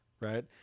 right